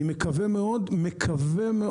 אני מקווה מאוד שיתייחסו.